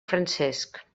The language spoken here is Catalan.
francesc